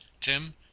Tim